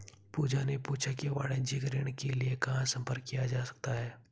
पूजा ने पूछा कि वाणिज्यिक ऋण के लिए कहाँ संपर्क किया जा सकता है?